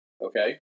Okay